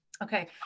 Okay